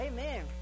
Amen